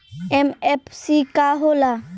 MFC का हो़ला?